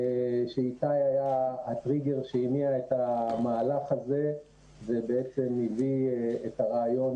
שאיתי היה הטריגר שהניח את המהלך הזה ובעצם הביא את הרעיון